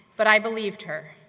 but i believed her,